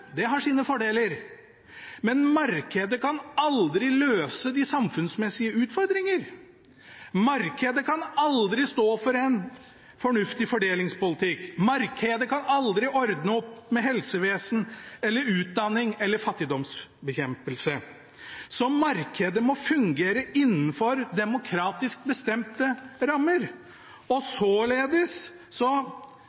Det har sine fordeler. Men markedet kan aldri løse de samfunnsmessige utfordringene. Markedet kan aldri stå for en fornuftig fordelingspolitikk. Markedet kan aldri ordne opp med helsevesen, utdanning eller fattigdomsbekjempelse. Markedet må fungere innenfor demokratisk bestemte rammer.